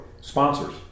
Sponsors